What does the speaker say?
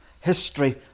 history